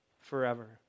forever